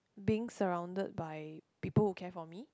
being surrounded by people who care for me